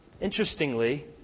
Interestingly